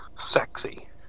sexy